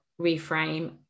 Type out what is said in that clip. reframe